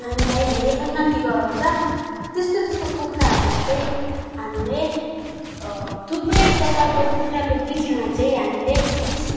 हामीलाई धेरै उन्नति गराउँछ त्यस्तो त्यस्तो कुखुराहरूले चाहिँ हामीले थुप्रै प्रकारको कुखुराको बिचमा चाहिँ हामीले त्यस्तो